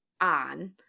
on